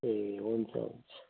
ए हुन्छ हुन्छ